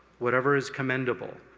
whatever is commendable.